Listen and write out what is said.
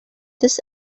this